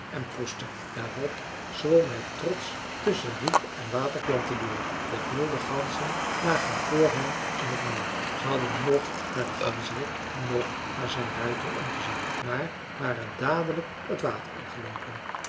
proestte daarop zwom hij trotsch tusschen riet en waterplanten door de wilde ganzen lagen vr hem in t meer zij hadden noch naar den ganzerik noch naar zijn ruiter omgezien maar waren dadelijk het water